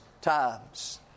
times